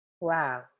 Wow